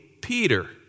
Peter